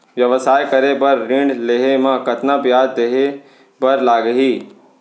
व्यवसाय करे बर ऋण लेहे म कतना ब्याज देहे बर लागही?